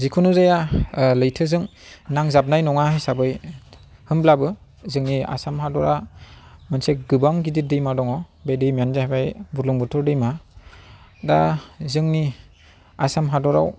जिखुनु जाया लैथोजों नांजाबनाय नङा हिसाबै होनब्लाबो जोंनि आसाम हादोरा मोनसे गोबां गिदिर दैमा दङ बे दैमायानो जाहैबाय बुरलुंबुथुर दैमा दा जोंनि आसाम हादोराव